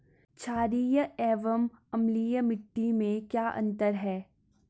छारीय एवं अम्लीय मिट्टी में क्या अंतर है?